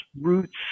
roots